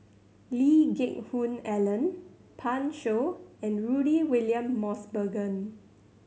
Lee Geck Hoon Ellen Pan Shou and Rudy William Mosbergen